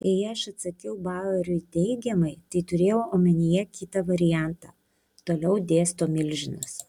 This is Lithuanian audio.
jei aš atsakiau baueriui teigiamai tai turėjau omenyje kitą variantą toliau dėsto milžinas